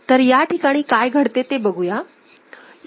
तर याठिकाणी काय घडते ते बघूया